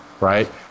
Right